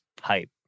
hype